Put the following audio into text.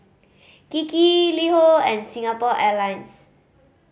Kiki LiHo and Singapore Airlines